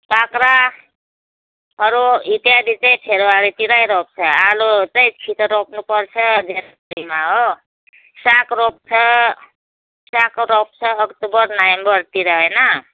काँक्राहरू इत्यादि चाहिँ फेब्रुअरीतिरै रोप्छ आलु चाहिँ छिटो रोप्नुपर्छ जनवरीमा हो साग रोप्छ साग रोप्छ अक्टोबर नोभेम्बरतिर होइन